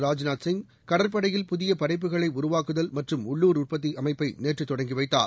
ராஜ்நாத் சிவ் கடற்படையில் புதியபடைப்புகளைஉருவாக்குதல் மற்றும் உள்ளுர் உற்பத்திஅமைப்பைநேற்றுதொடங்கிவைத்தார்